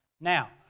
Now